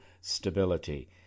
stability